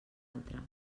altra